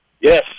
Yes